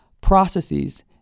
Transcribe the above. processes